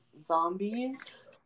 zombies